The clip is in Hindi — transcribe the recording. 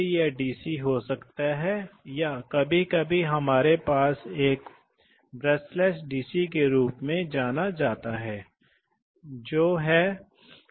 कम कर देता है इसलिए टोक़ उठता है और फिर कभी कभी तथाकथित आपको पता है कि रैखिक या चिपचिपा घर्षण होता है फिर से लेता है और फिर उच्च गति पर फिर से टोक़ की एक अच्छी मात्रा घर्षण में बर्बाद हो जाती है